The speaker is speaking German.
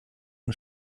und